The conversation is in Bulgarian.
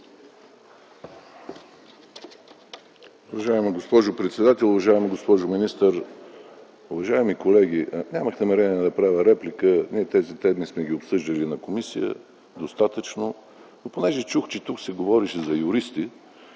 Уважаема госпожо председател, уважаема госпожо министър, уважаеми колеги! Нямах намерение да правя реплика, ние тези теми сме ги обсъждали в комисията достатъчно. Но понеже чух, че тук се говореше за юристи,